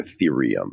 ethereum